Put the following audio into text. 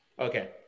Okay